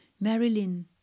Marilyn